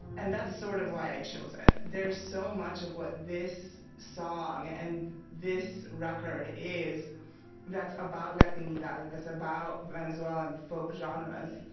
and that's sort of why i chose it. there's so much of what this song and this record is that's about latinidad, and it's about venezuelan folk genres.